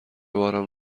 بارم